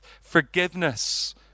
Forgiveness